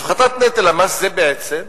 הפחתת נטל המס זה בעצם